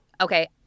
Okay